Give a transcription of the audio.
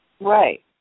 Right